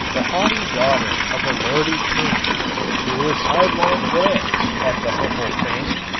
the haughty daughter of a lordly king threw a sidelong glance at the humble thing,